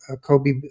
Kobe